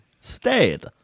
stayed